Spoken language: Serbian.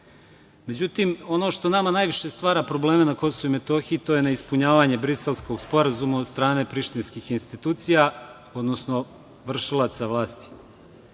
naselja.Međutim, ono što nama najviše stvara probleme na Kosovu i Metohiji to je neispunjavanje Briselskog sporazuma od strane prištinskih institucija, odnosno vršilaca vlasti.